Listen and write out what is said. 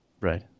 Right